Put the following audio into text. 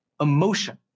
emotion